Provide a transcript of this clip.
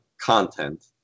content